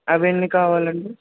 అవి ఎన్ని కావలండి